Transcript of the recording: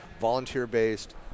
volunteer-based